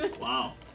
Wow